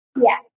Yes